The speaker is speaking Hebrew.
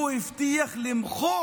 הוא הבטיח למחוק